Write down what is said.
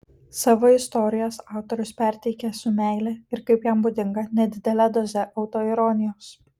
savo istorijas autorius perteikia su meile ir kaip jam būdinga nedidele doze autoironijos